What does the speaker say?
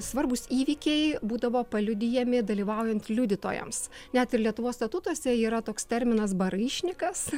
svarbūs įvykiai būdavo paliudijami dalyvaujant liudytojams net ir lietuvos statutuose yra toks terminas baryšnikas